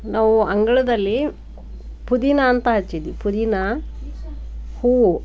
ನಾವು ಅಂಗಳದಲ್ಲಿ ಪುದೀನಾ ಅಂತ ಹಚ್ಚಿದೀವಿ ಪುದೀನಾ ಹೂವು